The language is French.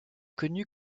connu